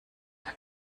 elle